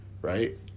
right